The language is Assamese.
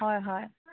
হয় হয়